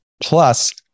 Plus